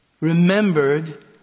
remembered